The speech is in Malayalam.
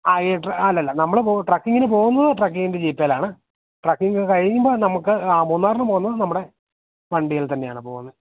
ആ ഈ അല്ലല്ല നമ്മള് ട്രക്കിങ്ങിനു പോകുന്നത് ട്രക്കിങ്ങിൻ്റെ ജീപ്പേലാണ് ട്രക്കിംഗ് കഴിയുമ്പോൾ നമുക്ക് ആ മൂന്നാറിനു പോകുന്നതു നമ്മുടെ വണ്ടിയിൽ തന്നെയാണു പോകുന്നത്